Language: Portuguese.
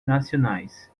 nacionais